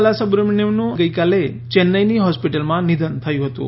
બાલા સુબ્રમણ્યમનું ગઇકાલે ચેન્નાઇની હોસ્પિટલમાં નિધન થયું હતું